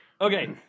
Okay